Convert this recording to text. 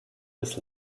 des